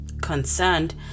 Concerned